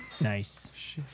Nice